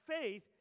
faith